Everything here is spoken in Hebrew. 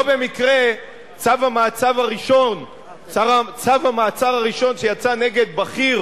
לא במקרה צו המעצר הראשון שיצא נגד בכיר